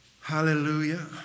Hallelujah